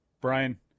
Brian